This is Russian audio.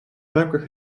рамках